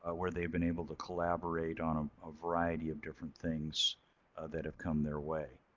ah where they've been able to collaborate on a variety of different things that have come their way.